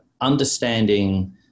understanding